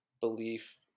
belief